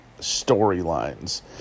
storylines